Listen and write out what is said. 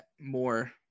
more